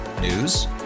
News